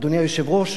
אדוני היושב-ראש,